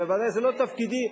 ובוודאי זה לא תפקידי,